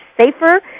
safer